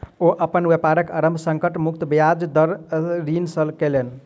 ओ अपन व्यापारक आरम्भ संकट मुक्त ब्याज दर ऋण सॅ केलैन